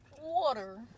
Water